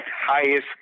highest